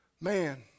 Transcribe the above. Man